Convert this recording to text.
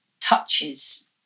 touches